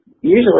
Usually